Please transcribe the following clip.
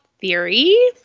theory